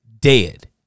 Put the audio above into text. dead